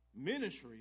Ministry